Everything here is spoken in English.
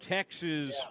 Texas